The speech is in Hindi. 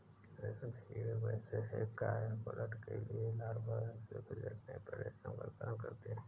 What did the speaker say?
रेशम के कीड़े वयस्क कायापलट के लिए लार्वा से गुजरने पर रेशम का उत्पादन करते हैं